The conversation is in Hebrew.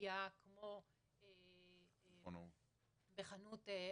במרפדיה או כמו בחנות אחרת,